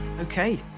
Okay